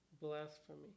blasphemy